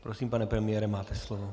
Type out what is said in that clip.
Prosím, pane premiére, máte slovo.